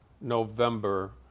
November